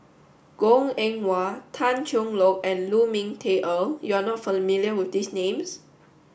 Goh Eng Wah Tan Cheng Lock and Lu Ming Teh Earl you are not familiar with these names